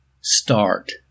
Start